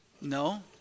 No